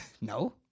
No